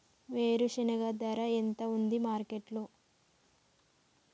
వేరుశెనగ ధర ఎంత ఉంది మార్కెట్ లో?